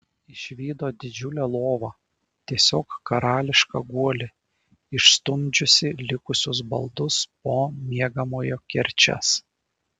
išvydo didžiulę lovą tiesiog karališką guolį išstumdžiusį likusius baldus po miegamojo kerčias